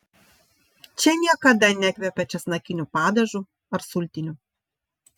čia niekada nekvepia česnakiniu padažu ar sultiniu